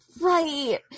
right